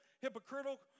hypocritical